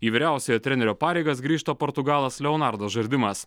į vyriausiojo trenerio pareigas grįžta portugalas leonardas žardimas